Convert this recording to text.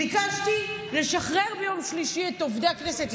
ביקשתי לשחרר ביום שלישי את עובדי הכנסת,